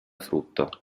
frutto